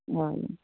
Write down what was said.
हय